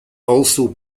also